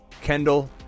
Kendall